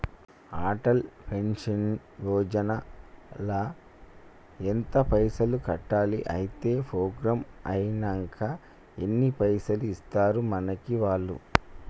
Atal pension Yojana ల ఎంత పైసల్ కట్టాలి? అత్తే ప్రోగ్రాం ఐనాక ఎన్ని పైసల్ ఇస్తరు మనకి వాళ్లు?